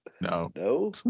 no